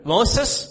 Moses